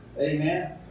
amen